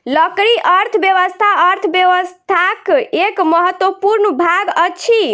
लकड़ी अर्थव्यवस्था अर्थव्यवस्थाक एक महत्वपूर्ण भाग अछि